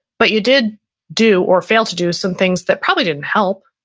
but you did do or fail to do some things that probably didn't help.